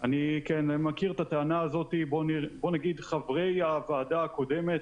אני מכיר את הטענה הזאת ובוא נגיד שחברי הוועדה הקודמת